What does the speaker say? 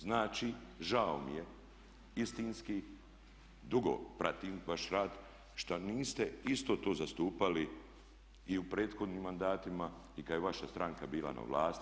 Znači, žao mi je, istinski dugo pratim vaš rad što niste isto to zastupali i u prethodnim mandatima i kad je vaša stranka bila na vlasti.